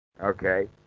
Okay